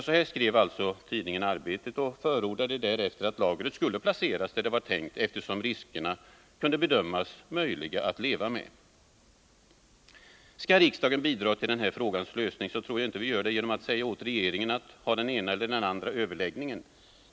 Så skrev alltså tidningen Arbetet och förordade därefter att lagret skulle placeras där det var tänkt eftersom riskerna kan bedömas möjliga att leva med. Skall riksdagen bidra till den här frågans lösning, tror jag inte vi gör det genom att säga åt regeringen att ha den ena eller andra överläggningen.